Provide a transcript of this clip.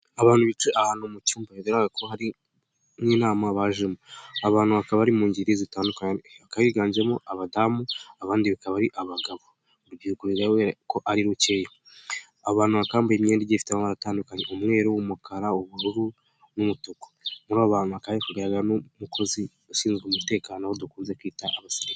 Abantu bicaye ahantu mu cyumba, bigaragara ko ari nk'inama bajemo. Abantu bakaba bari mu ngeri ziganjemo abadamu, abandi bakaba ari abagabo, urubyiru ko ari rukeya. Abantu bambaye imyenda ifite amara atandukanye umweru, umukara, ubururu n'umutuku. Muri abantu hakaba hari kugaragaramo umukozi ushinzwe umutekano dukunze kwita abasirikare.